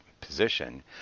position